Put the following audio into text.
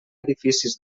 edificis